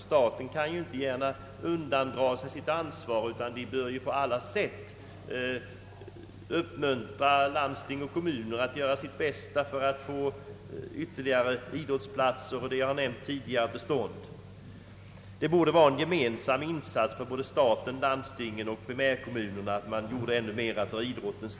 Staten kan därför inte gärna undandra sig sitt ansvar utan bör på alla sätt uppmuntra landsting och kommuner att göra sitt bästa för att få ytterligare idrottsplatser. Det borde vara en gemensam insats från staten, landstingen och primärkommunerna att göra ännu mera för idrotten.